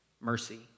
mercy